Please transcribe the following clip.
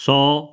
ਸੌ